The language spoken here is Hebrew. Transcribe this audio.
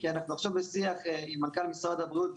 כי אנחנו עכשיו בשיח עם מנכ"ל משרד הבריאות,